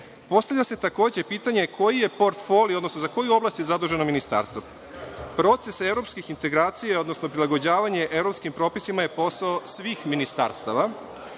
se, takođe, pitanje koji je portfolio, odnosno za koju je oblast zaduženo ministarstvo? Proces evropskih integracija, odnosno prilagođavanje evropskim propisima je posao svih ministarstava.